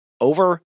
over